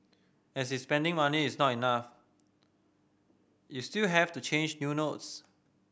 as is spending money is not enough you still have to change new notes